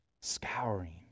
scouring